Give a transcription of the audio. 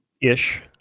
Ish